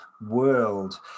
world